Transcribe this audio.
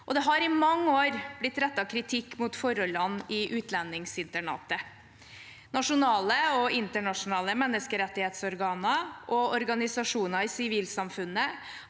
Det har i mange år blitt rettet kritikk mot forholdene ved utlendingsinternatet. Nasjonale og internasjonale menneskerettighetsorganer og organisasjoner i sivilsamfunnet